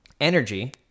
Energy